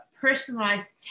personalized